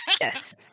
Yes